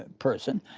person,